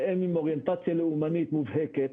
שהם עם אוריינטציה לאומנית מובהקת,